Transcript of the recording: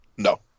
No